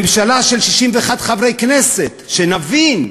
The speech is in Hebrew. ממשלה של 61 חברי כנסת, שנבין,